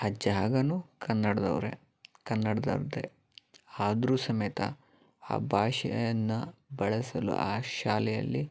ಹಾ ಜಾಗನೂ ಕನ್ನಡದವ್ರೆ ಕನ್ನಡ್ದವ್ರದೇ ಆದ್ರು ಸಮೇತ ಆ ಭಾಷೆಯನ್ನ ಬಳಸಲು ಆ ಶಾಲೆಯಲ್ಲಿ